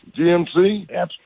GMC